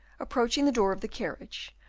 approaching the door of the carriage,